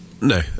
No